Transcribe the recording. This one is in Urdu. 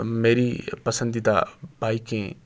میری پسندیدہ بائکیں